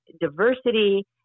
diversity